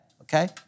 okay